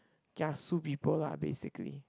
kiasu people lah basically